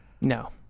No